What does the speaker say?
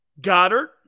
Goddard